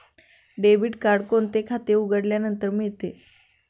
Debit card कोणते खाते उघडल्यानंतर मिळते?